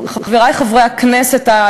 חברי חברי הכנסת,